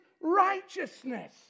righteousness